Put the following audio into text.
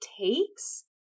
takes